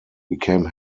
became